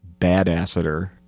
badasseter